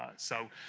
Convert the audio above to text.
ah so,